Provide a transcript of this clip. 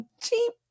Cheap